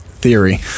theory